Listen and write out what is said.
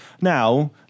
Now